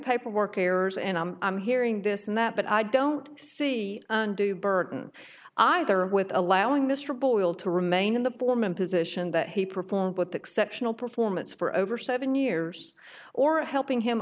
paperwork errors and i'm hearing this and that but i don't see undue burden either with allowing mr boyle to remain in the form a position that he performed with exceptional performance for over seven years or helping him